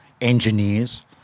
engineers